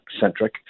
centric